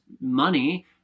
money